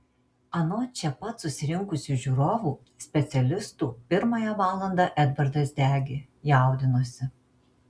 anot čia pat susirinkusių žiūrovų specialistų pirmąją valandą edvardas degė jaudinosi